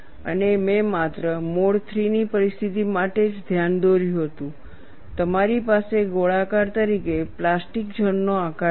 અને મેં માત્ર મોડ III ની પરિસ્થિતિ માટે જ ધ્યાન દોર્યું હતું તમારી પાસે ગોળાકાર તરીકે પ્લાસ્ટિક ઝોન નો આકાર છે